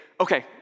okay